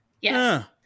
Yes